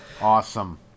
Awesome